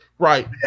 Right